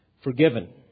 forgiven